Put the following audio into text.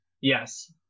Yes